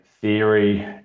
theory